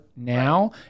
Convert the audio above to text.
now